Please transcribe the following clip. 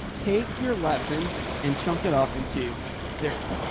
take your lesson and chunk it up into series, and